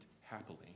happily